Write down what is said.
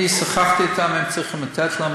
שוחחתי אתם, הם צריכים לתת לנו.